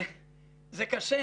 זה קשה.